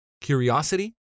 Curiosity